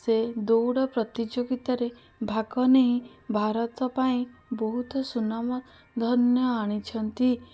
ସେ ଦୌଡ଼ା ପ୍ରତିଯୋଗିତାରେ ଭାଗ ନେଇ ଭାରତ ପାଇଁ ବହୁତ ସୁନାମ ଧନ୍ୟ ଆଣିଛନ୍ତି